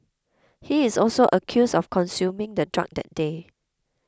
he is also accused of consuming the drug that day